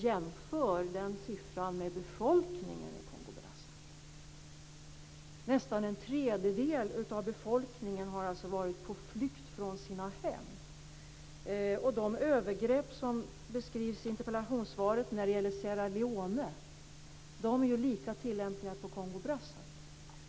Jämför den siffran med befolkningen i Brazzaville. Nästan en tredjedel av befolkningen har varit på flykt från sina hem. De övergrepp som beskrivs i interpellationssvaret i Sierra Leone är lika tillämpliga på Kongo Brazzaville.